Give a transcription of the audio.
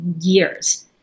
years